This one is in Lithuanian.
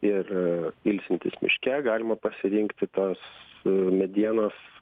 ir ilsintis miške galima pasirinkti tos medienos